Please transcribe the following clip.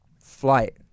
flight